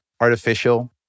artificial